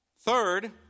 Third